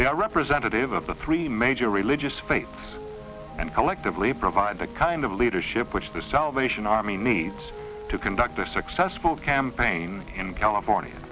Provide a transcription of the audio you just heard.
are representative of the three major religious faiths and collectively provide the kind of leadership which the salvation army needs to conduct a successful campaign in california